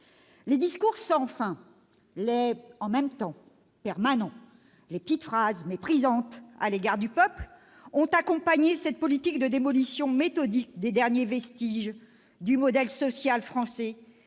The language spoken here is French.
Les discours sans fin, les « en même temps » permanents et les petites phrases méprisantes à l'égard du peuple ont accompagné cette politique de démolition méthodique des derniers vestiges du modèle social français